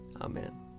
Amen